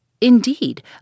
Indeed